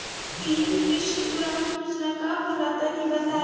PM Krishi Udan Yojana का होला तनि बताई?